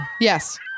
Yes